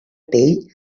pell